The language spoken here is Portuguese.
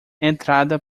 entrada